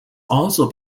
also